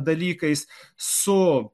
dalykais su